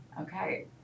Okay